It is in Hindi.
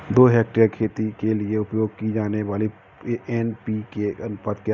दो हेक्टेयर खेती के लिए उपयोग की जाने वाली एन.पी.के का अनुपात क्या है?